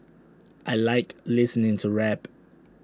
I Like listening to rap